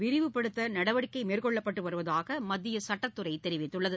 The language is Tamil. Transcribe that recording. விரிவுபடுத்த நடவடிக்கை மேற்கொள்ளப்பட்டு வருவதாக மத்திய சட்டத்துறை தெரிவித்துள்ளது